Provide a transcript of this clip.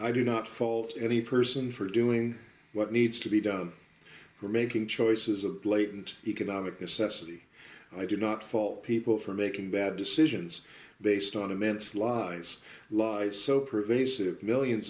i do not fault any person for doing what needs to be done for making choices of blatant economic necessity i do not fault people for making bad decisions based on immense lies lies so pervasive millions